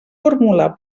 formular